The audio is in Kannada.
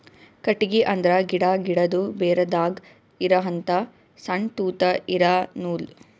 ಕಟ್ಟಿಗಿ ಅಂದ್ರ ಗಿಡಾ, ಗಿಡದು ಬೇರದಾಗ್ ಇರಹಂತ ಸಣ್ಣ್ ತೂತಾ ಇರಾ ನೂಲ್